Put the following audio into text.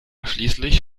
schließlich